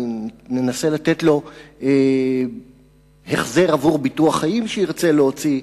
ננסה לתת לו החזר עבור ביטוח חיים שירצה להוציא,